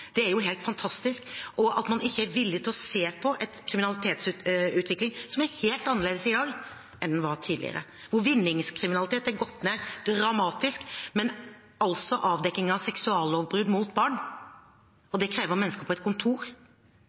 er jo helt fantastisk, og at man ikke er villig til å se på en kriminalitetsutvikling som er helt annerledes i dag enn den var tidligere. Vinningskriminalitet er gått ned dramatisk, men avdekking av seksuallovbrudd mot barn krever mennesker på et kontor,